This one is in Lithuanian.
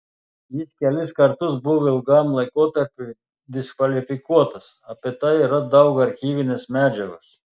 jis kelis kartus buvo ilgam laikotarpiui diskvalifikuotas apie tai yra daug archyvinės medžiagos